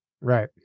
right